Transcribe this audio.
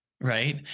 right